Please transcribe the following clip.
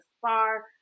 far